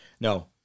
No